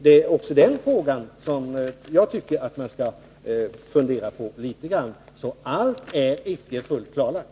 Det är viktigt att också litet grand fundera över den saken. Allt är alltså icke fullt klarlagt.